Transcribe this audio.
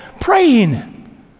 Praying